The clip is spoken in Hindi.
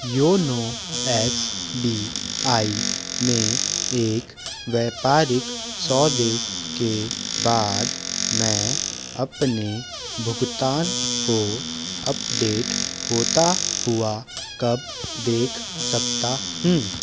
योनो एस बी आई में एक व्यापारिक सौदे के बाद मैं अपने भुगतान को अपडेट होता हुआ कब देख सकता हूँ